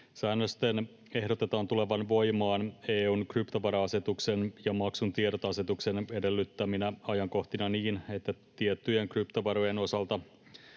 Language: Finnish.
Säännösten ehdotetaan tulevan voimaan EU:n kryptovara-asetuksen ja maksun tiedot ‑asetuksen edellyttäminä ajankohtina niin, että tiettyjen kryptovarojen osalta